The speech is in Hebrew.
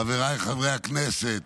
חבריי חברי הכנסת,